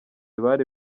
bari